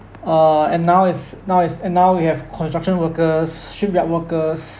uh and now is now is and now we have construction workers shipyard workers